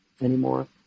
anymore